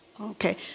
Okay